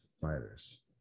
fighters